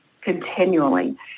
continually